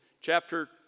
chapter